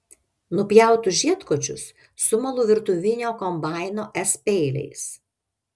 nupjautus žiedkočius sumalu virtuvinio kombaino s peiliais